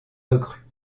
recrues